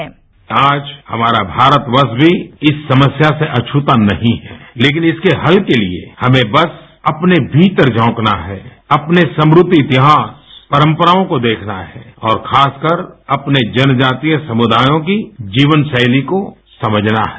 वैसे आज हमारा भारतवर्ष भी इस समस्या से अछ्रता नहीं है लेकिन इसके हत के लिए हमें बस अपने भीतर झाँकना है अपने समृद्ध इतिहास परंपराओं को देखना है और खासकर अपने जनजातीय समृदायों की जीवनशैली को समझना है